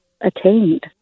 attained